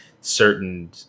certain